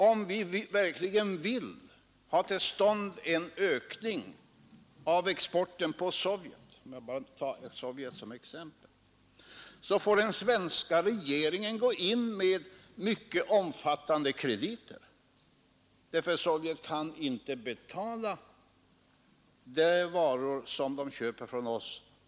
Om vi verkligen vill ha till stånd en ökning av exporten till Sovjet — jag tar här Sovjet som exempel — så tyder allting på att den svenska regeringen måste gå in med mycket omfattande krediter, därför att Sovjet inte på vanligt sätt kan betala de varor man köper från oss.